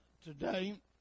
today